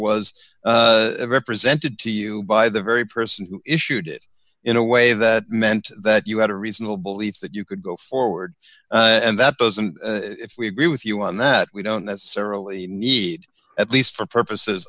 was represented to you by the very person who issued it in a way that meant that you had a reasonable belief that you could go forward and that doesn't we agree with you on that we don't necessarily need at least for purposes